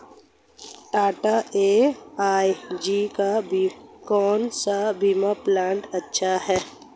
Tata AIG का कौन सा बीमा प्लान अच्छा है?